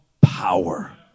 power